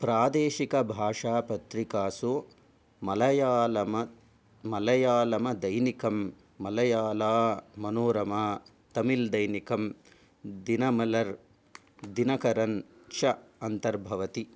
प्रादेशिकभाषापत्रिकासु मलयालम मलयालमदैनिकं मलयालामनोरमा तमिल् दैनिकं दिनमलर् दिनकरन् च अन्तर्भवति